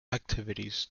activities